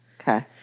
Okay